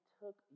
took